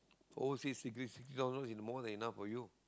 overseas degrees sixty thousand is more than enough for you